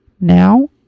Now